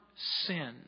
sin